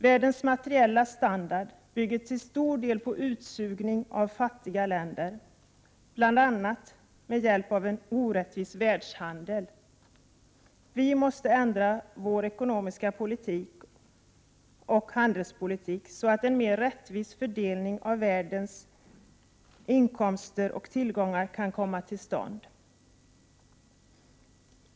Världens materiella standard bygger till stor del på utsugning av fattiga länder, bl.a. med hjälp av en orättvis världshandel. Vi måste ändra vår ekonomiska politik och handelspolitik, så att en mer rättvis fördelning av världens inkomster och tillgångar kan komma till stånd.